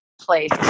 place